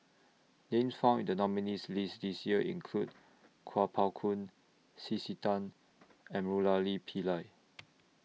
Names found in The nominees' list This Year include Kuo Pao Kun C C Tan and Murali Pillai